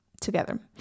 together